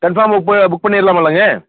confirm book ப book பண்ணிடலாமுல்லங்க